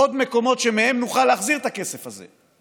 עוד מקומות שמהם נוכל להחזיר את הכסף הזה.